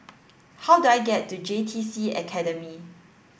how do I get to J T C Academy